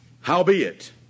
Howbeit